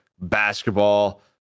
basketball